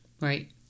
Right